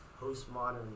postmodern